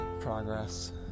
progress